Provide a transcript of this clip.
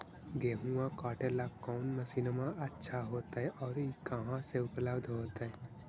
गेहुआ काटेला कौन मशीनमा अच्छा होतई और ई कहा से उपल्ब्ध होतई?